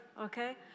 okay